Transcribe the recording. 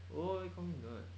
why you call me nerd